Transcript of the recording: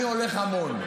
אני הולך המון.